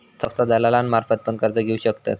संस्था दलालांमार्फत पण कर्ज घेऊ शकतत